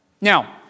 Now